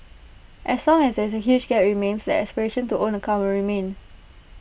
as long as this huge gap remains the aspiration to own A car will remain